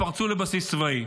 פרצו לבסיס צבאי.